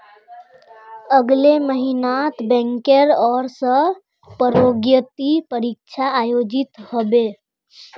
अगले महिनात बैंकेर ओर स प्रोन्नति परीक्षा आयोजित ह बे